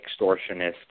extortionist